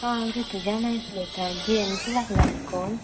आं हांव रुतुजा नायक उलयतां जी एम सी लागला नी कॉल